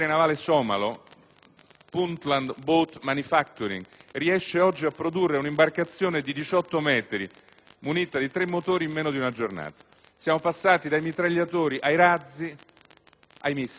«Puntland Boat Manufactoring», riesce oggi a produrre un'imbarcazione di 18 metri munita di tre motori in meno di una giornata: siamo passati dai mitragliatori ai razzi, ai missili.